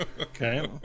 okay